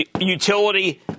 Utility